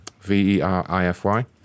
V-E-R-I-F-Y